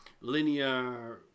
linear